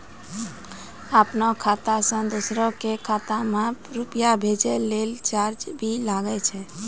आपनों खाता सें दोसरो के खाता मे रुपैया भेजै लेल चार्ज भी लागै छै?